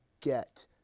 get